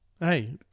hey